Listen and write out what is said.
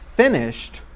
finished